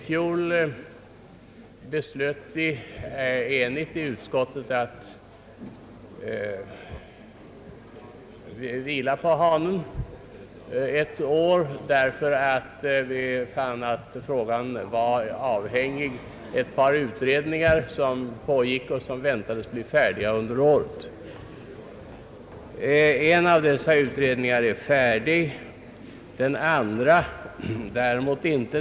Då beslöt utskottet enhälligt att vila på hanen ett år, ty utskottet fann att behandlingen av frågan var avhängig av ett par utredningar som pågick och som väntades bli färdiga under året. En av dessa utredningar är nu färdig, men den andra är det inte.